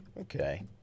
Okay